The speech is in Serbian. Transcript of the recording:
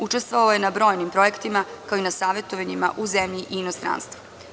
Učestvovao je na brojnim projektima, kao i na savetovanjima u zemlji i inostranstvu.